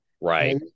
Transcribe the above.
Right